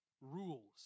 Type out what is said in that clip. rules